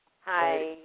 Hi